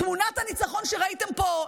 תמונת הניצחון שראיתם פה,